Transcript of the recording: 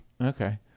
Okay